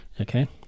okay